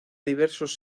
diversos